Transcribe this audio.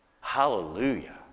Hallelujah